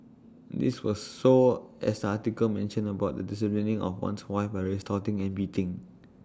this was so as article mentioned about the disciplining of one's wife by resorting and beating